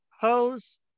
hose